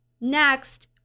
Next